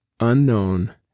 unknown